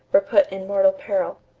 were put in mortal peril.